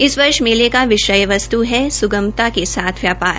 इस वर्ष मेले का विष्य वस्तु है सगुमता के साथ व्यापार